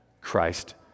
Christ